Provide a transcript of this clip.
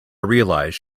realized